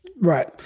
Right